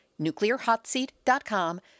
nuclearhotseat.com